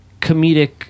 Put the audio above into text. comedic